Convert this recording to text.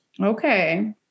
Okay